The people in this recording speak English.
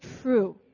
true